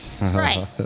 Right